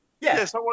Yes